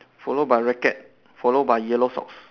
followed by racket followed by yellow socks